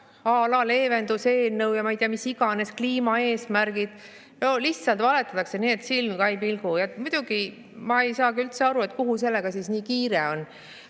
laleevenduseelnõu ja ma ei tea mis iganes kliimaeesmärgid. No lihtsalt valetatakse nii, et silm ka ei pilgu. Muidugi ma ei saa üldse aru, kuhu sellega nii kiire on.